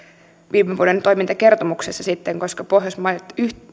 viime vuoden toimintakertomuksessa koska pohjoismaat